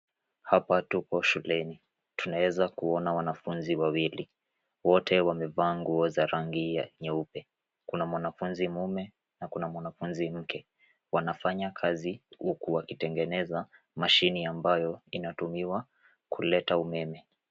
Hapa tuko shuleni. Tunaweza kuona wanafunzi wawili. Wote wamevaa nguo za rangi nyeupe. Kuna mwanafunzi mume na mwanafunzi mke wanafanya kazi huku wakitengeneza mashine ambayo inatumiwa kuleta umeme.